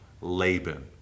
Laban